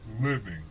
living